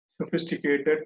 sophisticated